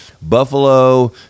Buffalo